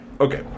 okay